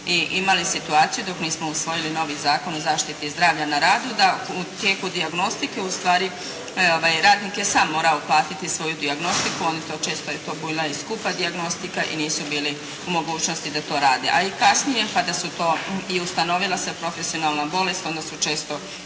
imali situaciju dok nismo usvojili novi Zakon o zaštiti zdravlja na radu da u tijeku dijagnostike ustvari radnik je sam morao platiti svoju dijagnostiku ali često je to bila skupa dijagnostika i nisu bili u mogućnosti da to rade. A i kasnije kada su to i ustanovila se profesionalna bolest onda su često